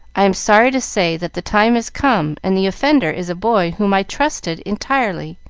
i am sorry to say that the time has come, and the offender is a boy whom i trusted entirely.